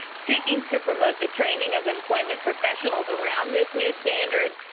seeking to promote the training of employment professionals around this new standard,